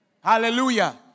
Hallelujah